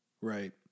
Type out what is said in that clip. Right